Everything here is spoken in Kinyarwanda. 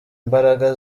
imbaraga